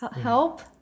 help